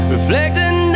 Reflecting